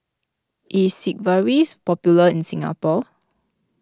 is Sigvaris popular in Singapore